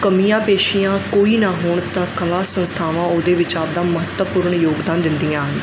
ਕਮੀਆਂ ਪੇਸ਼ੀਆਂ ਕੋਈ ਨਾ ਹੋਣ ਤਾਂ ਕਲਾ ਸੰਸਥਾਵਾਂ ਉਹਦੇ ਵਿੱਚ ਆਪਦਾ ਮਹੱਤਵਪੂਰਨ ਯੋਗਦਾਨ ਦਿੰਦੀਆਂ ਹਨ